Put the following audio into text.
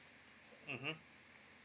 mmhmm